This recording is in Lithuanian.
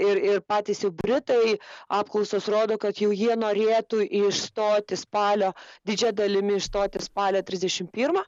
ir ir patys jau britai apklausos rodo kad jau jie norėtų išstoti spalio didžia dalimi išstoti spalio trisdešim pirmą